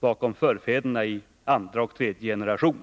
bakom förfäderna i andra och tredje generationen.